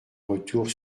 retour